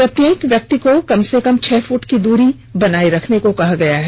प्रत्येक व्यक्ति को कम से कम छह फूट की दूरी बनाये रखने को कहा गया है